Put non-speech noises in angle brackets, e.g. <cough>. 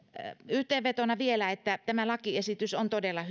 yhteenvetona vielä että tämä lakiesitys on todella <unintelligible>